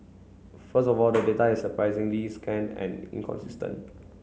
first of all the data is surprisingly scant and inconsistent